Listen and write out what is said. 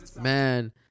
man